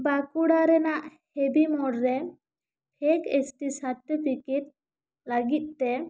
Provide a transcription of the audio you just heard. ᱵᱟᱸᱠᱩᱲᱟ ᱨᱮᱱᱟᱜ ᱦᱮᱵᱤ ᱢᱳᱲ ᱨᱮ ᱯᱷᱮᱠ ᱮᱥ ᱴᱤ ᱥᱟᱨᱴᱤᱯᱷᱤᱠᱮᱴ ᱞᱟᱹᱜᱤᱫ ᱛᱮ